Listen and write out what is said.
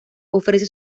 ofrece